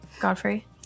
Godfrey